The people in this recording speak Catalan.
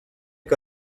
que